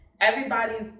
everybody's